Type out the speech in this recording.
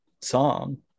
song